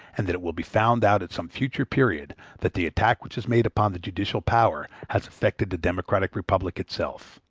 and that it will be found out at some future period that the attack which is made upon the judicial power has affected the democratic republic itself.